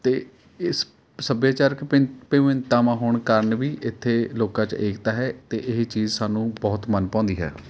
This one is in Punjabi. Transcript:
ਅਤੇ ਇਸ ਸੱਭਿਆਚਾਰਕ ਭਿੰਨ ਵਿਭਿੰਨਤਾਵਾਂ ਹੋਣ ਕਾਰਨ ਵੀ ਇੱਥੇ ਲੋਕਾਂ 'ਚ ਏਕਤਾ ਹੈ ਅਤੇ ਇਹ ਚੀਜ਼ ਸਾਨੂੰ ਬਹੁਤ ਮਨ ਭਾਉਂਦੀ ਹੈ